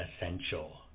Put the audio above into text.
essential